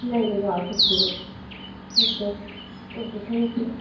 नहीं नहीं और कुछ भी नहीं ओके ओके थैंक यू